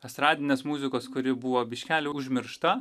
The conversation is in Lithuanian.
estradinės muzikos kuri buvo biškelį užmiršta